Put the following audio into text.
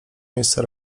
miejsce